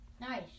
Nice